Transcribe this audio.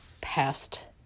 past